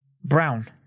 Brown